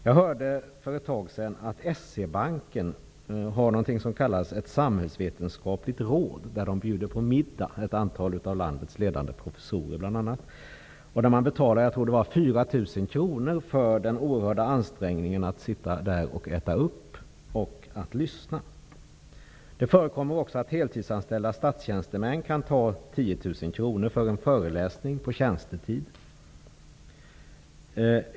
Jag hörde för ett tag sedan att S-E-Banken har ett s.k. samhällsvetenskapligt råd där bl.a. ett antal av landets ledande professorer bjuder på middag. Man betalar 4 000 kr för den oerhörda ansträngningen att sitta och äta och att lyssna. Det förekommer också att heltidsanställda statstjänstemän tar 10 000 kr för att ge en föreläsning på tjänstetid.